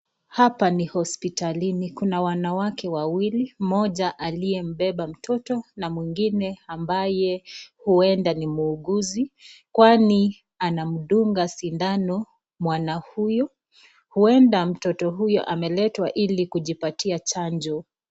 Hapa ni hospitalini kuna wanawake wawili mmoja aliyembeba mtoto na mwingine ambaye huenda ni muuguzi kwani anamdunga sindano mwana huyu huenda mtoto huyu ameletwa ili kujipatia chanjo.